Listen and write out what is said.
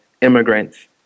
immigrants